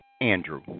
Andrew